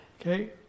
Okay